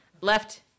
Left